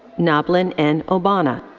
noblin n. ogbonna.